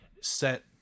set